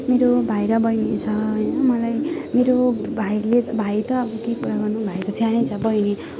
मेरो भाइ र बहिनी छ होइन मलाई मेरो भाइले भाइ त अब के कुरा गर्नु भाइ त सानै छ बहिनी